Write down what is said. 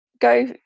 go